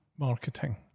Marketing